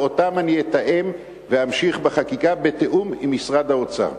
ואותם אני אתאם ואמשיך בחקיקה בתיאום עם משרד האוצר.